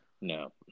No